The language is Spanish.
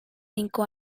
cinco